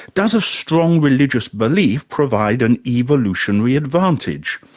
does a strong religious belief provide an evolutionary advantage?